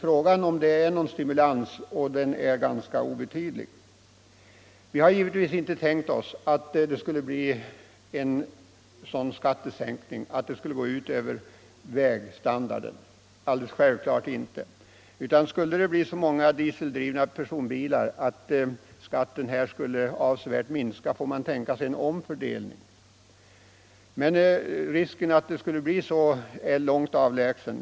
Frågan är om det alls blir någon stimulans med regeringens förslag. Vi har givetvis inte tänkt oss att det skulle bli en sådan skattesänkning att det går ut över vägstandarden. Skulle vi få så många dieseldrivna personbilar att skatten avsevärt minskar, får man tänka sig en omfördelning. Men den risken är långt avlägsen.